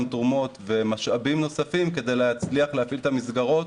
תרומות ומשאבים נוספים כדי להצליח להפעיל את המסגרות